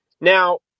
Now